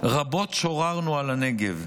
"רבות שוררנו על הנגב,